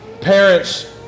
parents